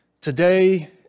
Today